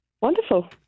Wonderful